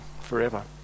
forever